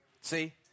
See